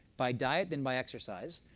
by diet than by exercise.